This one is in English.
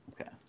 Okay